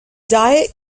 diet